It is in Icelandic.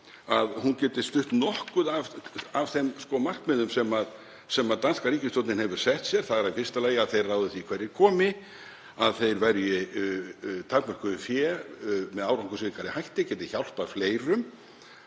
að hún geti stutt nokkurt af þeim markmiðum sem danska ríkisstjórnin hefur sett sér? Það er í fyrsta lagi að þeir ráði því hverjir komi, að þeir verji takmörkuðu fé með árangursríkari hætti, geti hjálpað fleirum